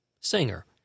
singer